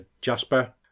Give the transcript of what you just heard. Jasper